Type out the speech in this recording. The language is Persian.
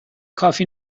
کافی